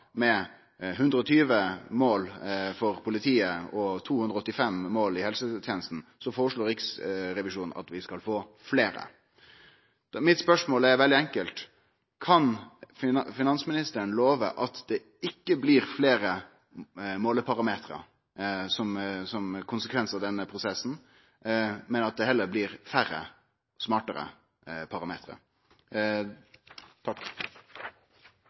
med 120 mål for politiet og 285 mål for helsetenesta, foreslår Riksrevisjonen at vi skal få fleire. Spørsmålet mitt er veldig enkelt: Kan finansministeren love at det ikkje blir fleire måleparametrar som konsekvens av denne prosessen, men at det heller blir færre og smartare parametrar?